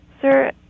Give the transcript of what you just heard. Sir